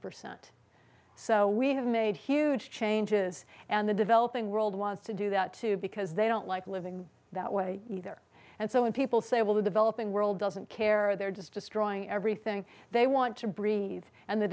percent so we have made huge changes and the developing world wants to do that too because they don't like living that way either and so when people say well the developing world doesn't care they're just destroying everything they want to breathe and the